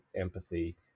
empathy